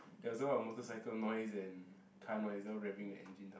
there was a lot of motorcycle noise and car noise all raving the engine down